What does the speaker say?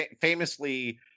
famously